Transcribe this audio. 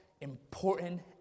important